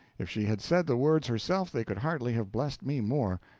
if she had said the words herself they could hardly have blessed me more.